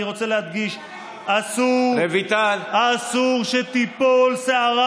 אני רוצה להדגיש: אסור שתיפול שערה